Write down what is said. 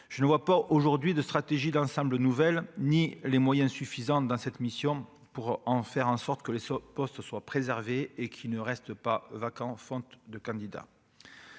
je ne vois pas aujourd'hui de stratégie d'ensemble nouvelle ni les moyens suffisants dans cette mission pour en faire en sorte que les postes soient préservés et qui ne reste pas vacants faute de candidats